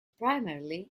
primarily